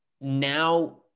Now